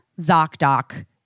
ZocDoc